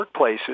workplaces